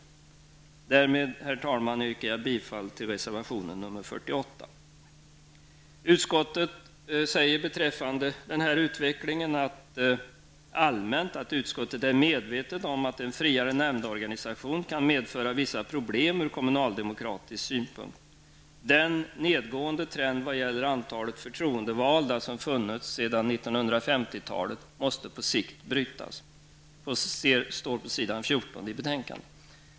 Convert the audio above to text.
Jag yrkar därmed, herr talman, bifall till reservation 48. Beträffande denna utveckling säger utskottet allmänt: ''Utskottet är medvetet om att en friare nämndorganisation kan medföra vissa problem ur kommunaldemokratisk synpunkt. Den nedgående trend vad gäller antalet förtroendevalda som funnits alltsedan 1950-talet måste på sikt brytas.'' Det står på sidan 14 i betänkandet.